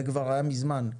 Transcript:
זה כבר היה מזמן.